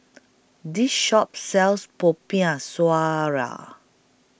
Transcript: This Shop sells Popiah Sayur